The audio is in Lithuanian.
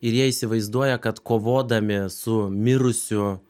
ir jie įsivaizduoja kad kovodami su mirusiu